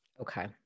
Okay